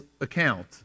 account